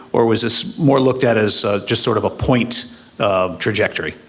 or was this more looked at as just sort of a point of trajectory?